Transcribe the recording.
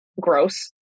gross